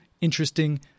interesting